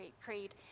Creed